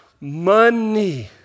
Money